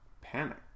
panic